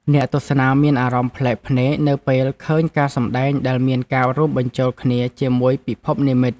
អ្នកទស្សនាមានអារម្មណ៍ប្លែកភ្នែកនៅពេលឃើញការសម្តែងដែលមានការរួមបញ្ចូលគ្នាជាមួយពិភពនិម្មិត។